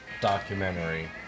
documentary